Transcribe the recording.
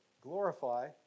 glorify